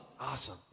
awesome